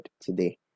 today